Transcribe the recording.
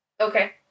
okay